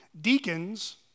Deacons